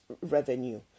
revenue